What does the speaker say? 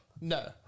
No